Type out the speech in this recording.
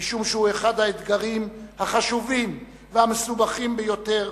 משום שהוא אחד האתגרים החשובים והמסובכים ביותר